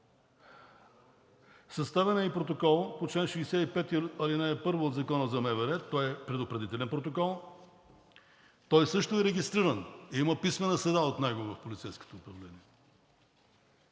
Съставен е и протокол по чл. 65, ал. 1 от Закона за МВР, той е предупредителен протокол. Той също е регистриран, има писмена следа от него в полицейското управление.